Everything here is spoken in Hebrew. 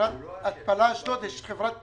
מחברת התפלה אשדוד יש גם חברת תפעול.